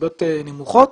ריביות נמוכות.